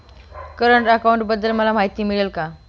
Current अकाउंटबद्दल मला माहिती मिळेल का?